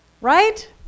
right